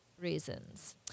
reasons